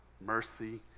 mercy